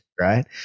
right